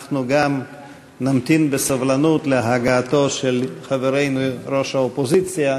ואנחנו גם נמתין בסבלנות להגעתו של חברנו ראש האופוזיציה,